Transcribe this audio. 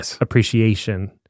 appreciation